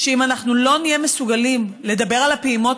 אם אנחנו לא נהיה מסוגלים לדבר על הפעימות